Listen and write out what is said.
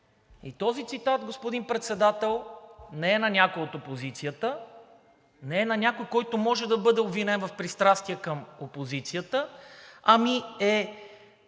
И този цитат, господин Председател, не е на някого от опозицията, не е на някого, който може да бъде обвинен в пристрастие към опозицията, а е